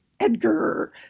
Edgar